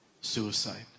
suicide